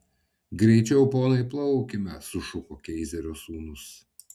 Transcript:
greičiau ponai plaukime sušuko keizerio sūnus